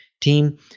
team